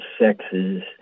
sexes